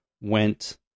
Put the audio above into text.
went